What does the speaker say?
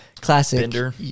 classic